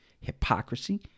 hypocrisy